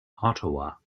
ottawa